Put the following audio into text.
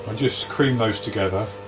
ah just cream those together